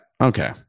Okay